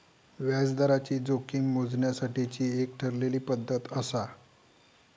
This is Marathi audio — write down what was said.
व्याजदराची जोखीम मोजण्यासाठीची एक ठरलेली पद्धत आसा